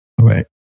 Right